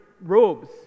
robes